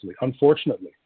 Unfortunately